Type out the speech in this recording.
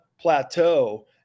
Plateau